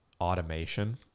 automation